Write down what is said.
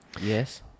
Yes